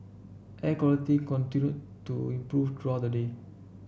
air quality continued to improve throughout the day